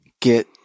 Get